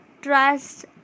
trust